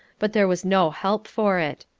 but there was no help for it.